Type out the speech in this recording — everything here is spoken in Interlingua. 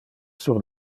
sur